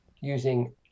using